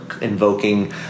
invoking